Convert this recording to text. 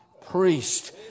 priest